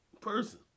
person